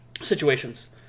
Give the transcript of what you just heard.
situations